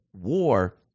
war